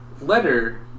letter